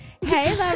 hey